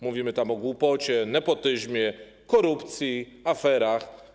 Mówimy tu o głupocie, nepotyzmie, korupcji, aferach.